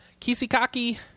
Kisikaki